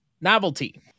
Novelty